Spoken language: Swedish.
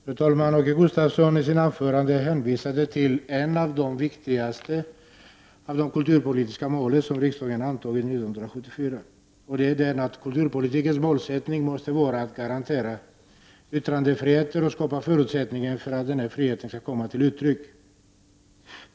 Fru talman! Åke Gustavsson hänvisade i sitt anförande till ett av de viktigaste kulturpolitiska målen som riksdagen antog 1974. Kulturpolitikens målsättning måste vara att garantera yttrandefrihet och skapa förutsättningar för att denna frihet kan komma till uttryck.